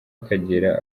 akagera